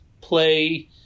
play